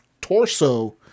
torso